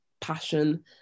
passion